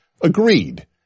agreed